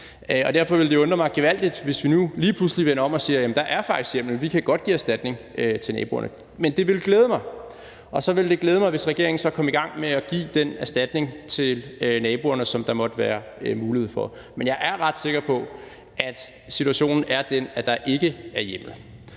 Derfor ville det undre mig gevaldigt, hvis man nu lige pludselig vendte om og sagde: Jamen der er faktisk hjemmel; vi kan godt give erstatning til naboerne. Men det ville glæde mig, og så ville det også glæde mig, hvis regeringen kom i gang med at give den erstatning til naboerne, som der måtte være mulighed for at give. Men jeg er ret sikker på, at situationen er den, at der ikke er hjemmel.